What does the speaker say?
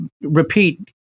repeat